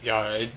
ya I